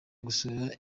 gusura